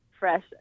fresh